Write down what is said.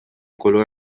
color